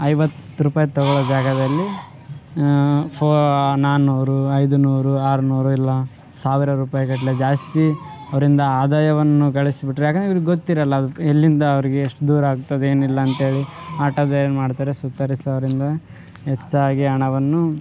ಐವತ್ತು ರೂಪೈ ತೊಗೊಳೊ ಜಾಗದಲ್ಲಿ ಫೋ ನಾನೂರು ಐದುನೂರು ಆರುನೂರು ಇಲ್ಲ ಸಾವಿರ ರೂಪಾಯಿ ಗಟ್ಲೆ ಜಾಸ್ತಿ ಅವರಿಂದ ಆದಾಯವನ್ನು ಗಳಿಸಿಬಿಟ್ರೆ ಯಾಕೆಂದ್ರೆ ಇವರಿಗೆ ಗೊತ್ತಿರೊಲ್ಲ ಅವಕ್ಕೆ ಎಲ್ಲಿಂದ ಅವರಿಗೆ ಎಷ್ಟು ದೂರ ಆಗ್ತದೆ ಏನು ಇಲ್ಲ ಅಂಥೇಳಿ ಆಟೋದವ್ರು ಏನು ಮಾಡ್ತಾರೆ ಸುತ್ತಿಸಿ ಅವರಿಂದ ಹೆಚ್ಚಾಗಿ ಹಣವನ್ನು